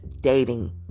dating